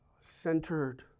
centered